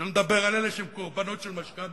שלא לדבר על אלה שהם קורבנות של משכנתה,